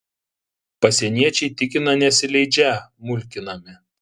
pasieniečiai tikina nesileidžią mulkinami